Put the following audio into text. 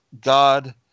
God